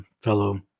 fellow